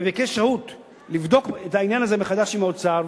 וביקש שהות לבדוק את העניין הזה מחדש עם האוצר,